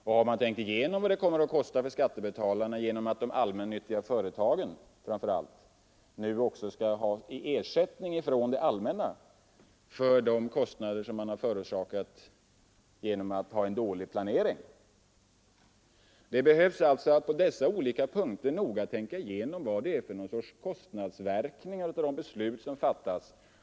Har man tänkt igenom vad det kommer att kosta skattebetalarna att framför allt de allmännyttiga företagen nu också skall ha ersättning från det allmänna för de kostnader som förorsakats av en dålig planering? Man behöver alltså på dessa olika punkter noga tänka igenom vilka kostnadsverkningar det blir av de beslut som fattas.